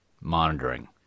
monitoring